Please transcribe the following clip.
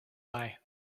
eye